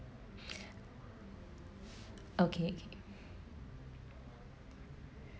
okay okay